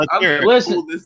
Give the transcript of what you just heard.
Listen